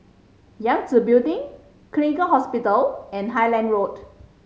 Yangtze Building Gleneagles Hospital and Highland Road